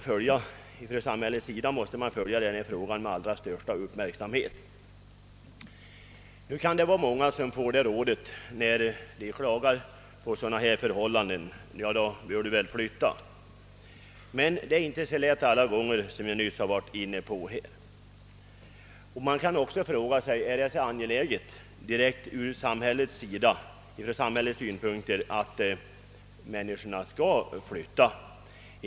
Från samhällets sida måste man följa denna fråga med allra största uppmärksamhet. De som klagar på sådana här förhållanden kan ibland få rådet att flytta. Men det är inte alla gånger så lätt. Man kan också fråga sig om det ur samhällets synpunkt är så önskvärt att folk flyttar.